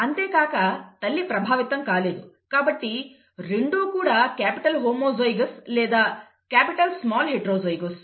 అంతేకాక తల్లి ప్రభావితం కాలేదు కాబట్టి రెండు కూడా క్యాపిటల్ హోమోజైగోస్ లేదా కాపిటల్ స్మాల్ హెట్రోజైగోస్